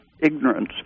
ignorance